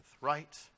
right